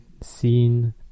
seen